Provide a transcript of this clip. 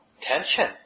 tension